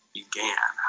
began